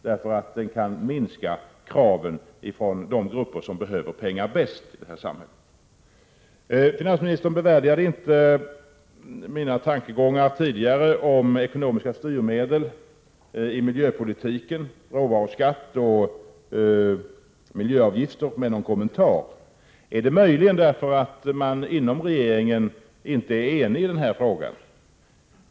Den kan minska kraven från de grupper som bäst behöver pengar i det här samhället. Finansministern bevärdigade inte mina tankegångar tidigare om ekonomiska styrmedel i miljöpolitiken, om råvaruskatt och miljöavgifter med någon kommentar. Är det möjligen därför att man inom regeringen inte är ense i denna fråga?